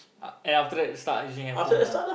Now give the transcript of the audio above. uh then after that start using handphone lah